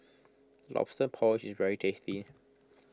Lobster Porridge is very tasty